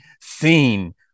seen